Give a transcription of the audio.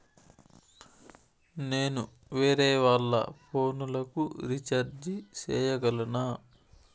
నేను వేరేవాళ్ల ఫోను లకు రీచార్జి సేయగలనా?